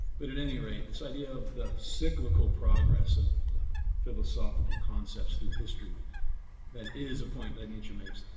but at any rate, this idea of the cyclical progress of the philosophical concepts through history that is a point that nietzsche makes,